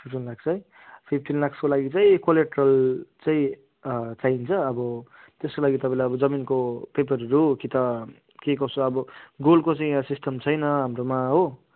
fifteen lakhs है fifteen लाख्सको लागि चाहिँ कोलाट्रल चाहिँ चाहिन्छ अब त्यसको लागि तपाईँले अब जमिनको पेपरहरू कि त के कसो अब गुगलको चाहिँ यहाँ सिस्टम छैन हाम्रोमा हो